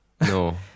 No